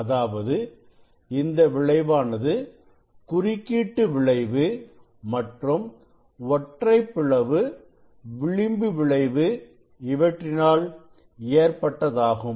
அதாவது இந்த விளைவானது குறுக்கீட்டு விளைவு மற்றும் ஒற்றைப் பிளவு விளிம்பு விளைவு இவற்றினால் ஏற்பட்டதாகும்